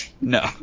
no